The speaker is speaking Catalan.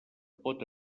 pot